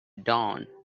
dawn